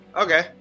Okay